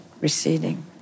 receding